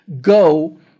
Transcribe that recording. go